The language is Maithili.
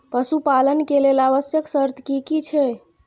पशु पालन के लेल आवश्यक शर्त की की छै?